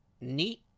Neat